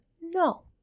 No